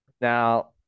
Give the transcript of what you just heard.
Now